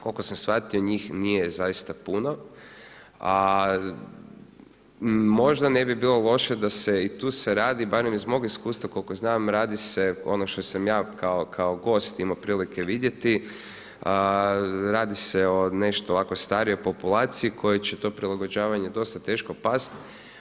Koliko sam shvatio njih nije zaista puno a možda ne bi bilo loše da se i tu se radi barem iz mog iskustva koliko znam, radi se ono što sam ja kao gost imao prilike vidjeti, radi se o nešto ovako starijoj situaciji kojoj će to prilagođavanje dosta teško pasti.